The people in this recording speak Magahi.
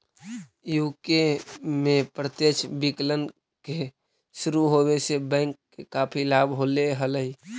यू.के में प्रत्यक्ष विकलन के शुरू होवे से बैंक के काफी लाभ होले हलइ